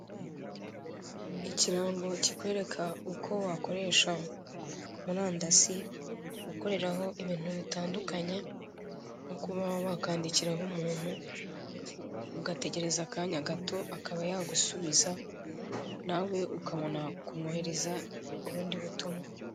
Ikirango kikwereka uko wakoresha murandasi ukoreraho ibintu bitandukanye, nko kuba wakwandikira nk'umuntu ugategereza akanya gato akaba yagusubiza nawe ukabona kumwoherereza ubundi butumwa.